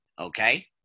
okay